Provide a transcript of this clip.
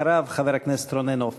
אחריו, חבר הכנסת רונן הופמן.